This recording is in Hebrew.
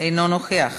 אינו נוכח.